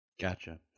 Gotcha